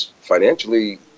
financially